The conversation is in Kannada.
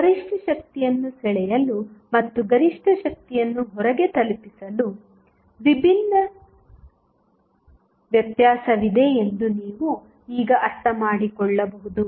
ಆದ್ದರಿಂದ ಗರಿಷ್ಠ ಶಕ್ತಿಯನ್ನು ಸೆಳೆಯಲು ಮತ್ತು ಗರಿಷ್ಠ ಶಕ್ತಿಯನ್ನು ಹೊರೆಗೆ ತಲುಪಿಸಲು ವಿಭಿನ್ನ ವ್ಯತ್ಯಾಸವಿದೆ ಎಂದು ನೀವು ಈಗ ಅರ್ಥಮಾಡಿಕೊಳ್ಳಬಹುದು